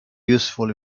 useful